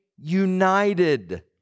united